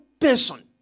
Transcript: person